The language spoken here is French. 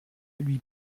lui